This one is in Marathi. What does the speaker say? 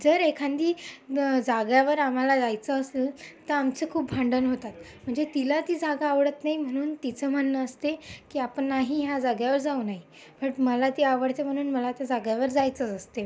जर एखादी जागेवर आम्हाला जायचं असंल तर आमचं खूप भांडण होतात म्हणजे तिला ती जागा आवडत नाही म्हणून तिचं म्हणणं असते की आपण नाही ह्या जागेवर जाऊ नाही बट मला ती आवडते म्हनून मला त्या जागेवर जायचंच असते